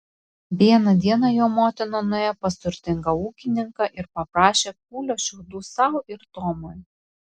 vieną dieną jo motina nuėjo pas turtingą ūkininką ir paprašė kūlio šiaudų sau ir tomui